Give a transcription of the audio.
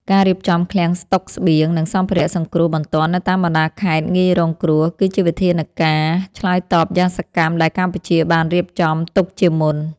ការរៀបចំឃ្លាំងស្តុកស្បៀង និងសម្ភារៈសង្គ្រោះបន្ទាន់នៅតាមបណ្តាខេត្តងាយរងគ្រោះ គឺជាវិធានការឆ្លើយតបយ៉ាងសកម្មដែលកម្ពុជាបានរៀបចំទុកជាមុន។